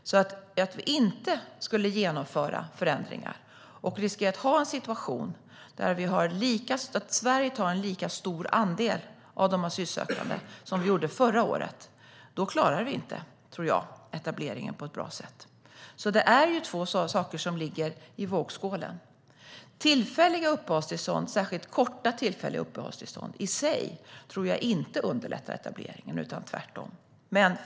Att inte genomföra förändringar och riskera en situation där Sverige tar en lika stor andel av de asylsökande som Sverige gjorde förra året kommer att innebära att vi inte kommer att klara etableringen på ett bra sätt. Det är två saker som ligger i vågskålen. Korta tillfälliga uppehållstillstånd underlättar inte etableringen - tvärtom.